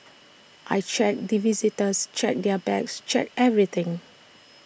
I check the visitors check their bags check everything